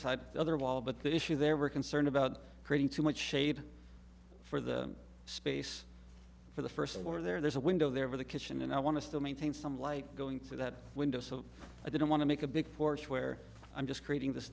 the other wall but the issue there were concerned about creating too much shade for the space for the first floor there's a window there over the kitchen and i want to still maintain some light going through that window so i don't want to make a big force where i'm just creating the